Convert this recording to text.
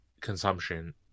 consumption